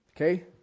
Okay